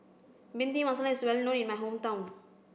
Bhindi Masala is well known in my hometown